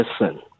listen